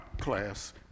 class